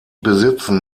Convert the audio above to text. besitzen